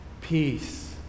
Peace